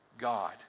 God